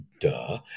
duh